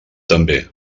també